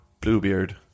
Bluebeard